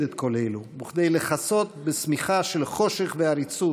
את כל אלו וכדי לכסות בשמיכה של חושך ועריצות